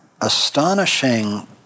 astonishing